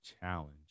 challenge